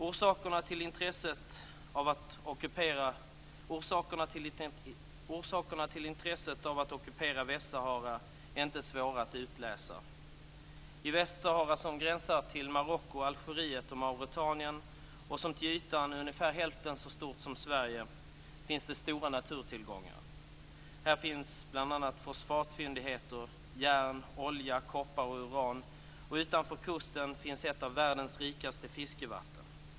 Orsakerna till intresset av att ockupera Västsahara är inte svåra att utläsa. I Västsahara, som gränsar till Marocko, Algeriet och Mauretanien och som till ytan är ungefär hälften så stort som Sverige finns det stora naturtillgångar. Här finns bl.a. fosfatfyndigheter, järn, olja, koppar och uran, och utanför kusten finns ett av världens rikaste fiskevatten.